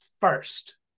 first